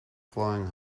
flying